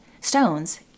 stones